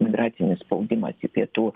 migracinis spaudimas į pietų